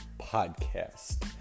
podcast